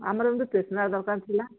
ଆମର ଗୋଟେ ଷ୍ଟେସ୍ନାରୀ ଦର୍କାର୍ ଥିଲା